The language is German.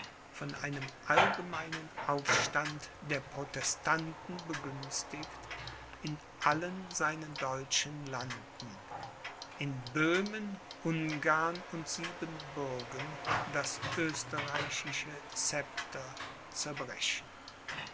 von einem allgemeinen aufstand der protestanten begünstigt in allen seinen deutschen landen in böhmen ungarn und siebenbürgen das österreichische scepter zerbrechen